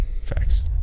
Facts